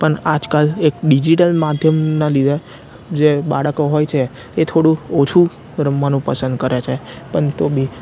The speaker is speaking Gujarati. પણ આજકાલ એક ડિઝિટલ માધ્યમના લીધે જે બાળકો હોય છે એ થોડું ઓછું રમવાનું પસંદ કરે છે પણ તો બી